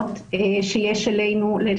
הנתון הזה של עסקאות טיעון הוא קריטי.